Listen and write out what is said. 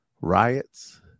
riots